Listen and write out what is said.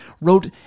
wrote